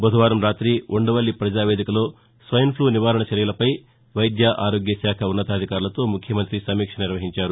బుధవారం రాతి ఉ ండవల్లి ప్రజావేదికలో స్వైన్ఫ్లు నివారణ చర్యలపై వైద్య ఆరోగ్యశాఖ ఉన్నతాధికారులతో ముఖ్యమంత్రి సమీక్ష నిర్వహించారు